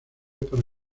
para